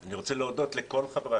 אני רוצה להודות לכל חברי